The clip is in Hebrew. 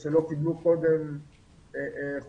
שלא קיבלו קודם חוגים,